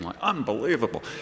Unbelievable